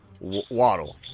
Waddle